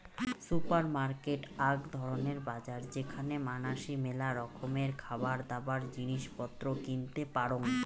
supermarket আক ধরণের বাজার যেখানে মানাসি মেলা রকমের খাবারদাবার, জিনিস পত্র কিনতে পারং